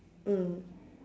mm